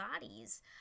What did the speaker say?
bodies